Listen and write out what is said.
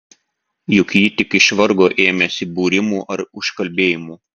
juk ji tik iš vargo ėmėsi būrimų ar užkalbėjimų